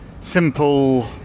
simple